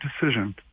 decision